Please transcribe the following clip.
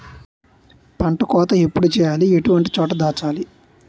పంట కోత ఎప్పుడు చేయాలి? ఎటువంటి చోట దాచాలి?